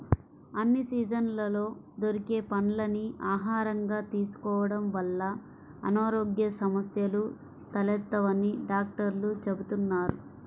అన్ని సీజన్లలో దొరికే పండ్లని ఆహారంగా తీసుకోడం వల్ల అనారోగ్య సమస్యలు తలెత్తవని డాక్టర్లు చెబుతున్నారు